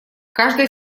каждая